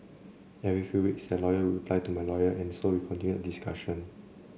every few weeks their lawyer would reply to my lawyer and so we continued the discussion